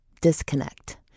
disconnect